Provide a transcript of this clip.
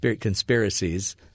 conspiracies